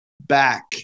back